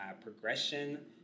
progression